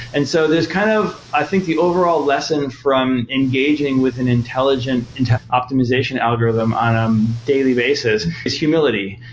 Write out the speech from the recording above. and so there's kind of i think the overall lesson from engaging with an intelligent and optimization algorithm on a um daily basis is humility,